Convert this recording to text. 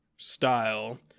style